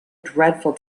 dreadful